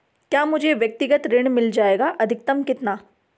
क्या मुझे व्यक्तिगत ऋण मिल जायेगा अधिकतम कितना?